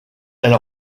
elle